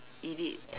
eat it